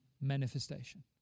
manifestation